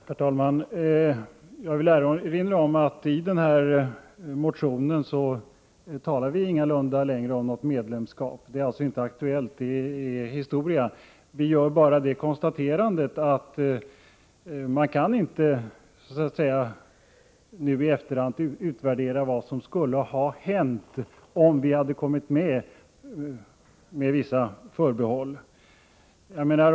Herr talman! Jag vill erinra om att vi i den här motionen inte längre talar om något medlemskap. Det är alltså inte aktuellt — det är historia. Vi gör bara det konstaterandet att man inte nu i efterhand kan utvärdera vad som skulle ha hänt om vi hade kommit med — med vissa förbehåll.